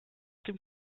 dem